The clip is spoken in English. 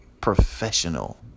professional